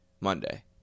Monday